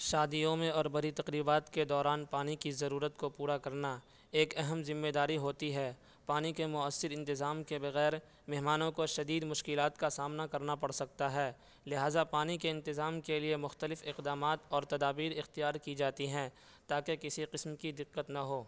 شادیوں میں اور بڑی تقریبات کے دوران پانی کی ضرورت کو پورا کرنا ایک اہم ذمہ داری ہوتی ہے پانی کے مؤثر انتظام کے بغیر مہمانوں کو شدید مشکلات کا سامنا کرنا پڑ سکتا ہے لہٰذا پانی کے انتظام کے لیے مختلف اقدامات اور تدابیر اختیار کی جاتی ہیں تاکہ کسی قسم کی دقت نہ ہو